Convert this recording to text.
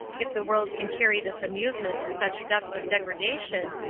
if the world can carry this amusement to such depths of degradation,